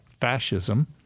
fascism